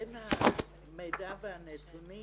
בין המידע והנתונים